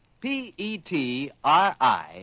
P-E-T-R-I